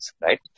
right